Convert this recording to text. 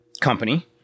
company